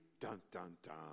dun-dun-dun